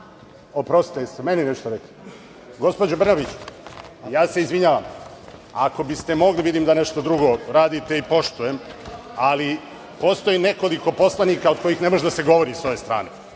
jeste li meni nešto rekli? Gospođo Brnabić, ako bi ste mogli, vidim da nešto drugo radite i poštujem, ali postoji nekoliko poslanika od kojih ne može da se govori sa ove strane.